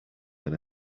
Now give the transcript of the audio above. than